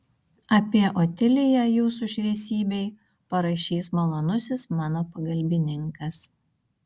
apie otiliją jūsų šviesybei parašys malonusis mano pagalbininkas